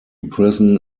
prison